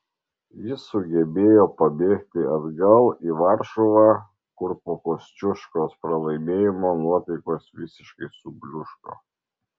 jis sugebėjo pabėgti atgal į varšuvą kur po kosciuškos pralaimėjimo nuotaikos visiškai subliūško